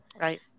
Right